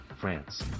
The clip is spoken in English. France